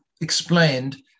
explained